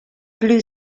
blue